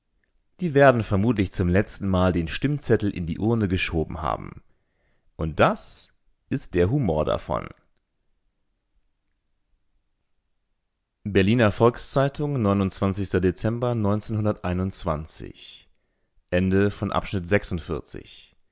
die werden vermutlich zum letztenmal den stimmzettel in die urne geschoben haben und das ist der humor davon berliner volks-zeitung dezember